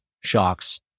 shocks